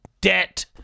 debt